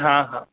हा हा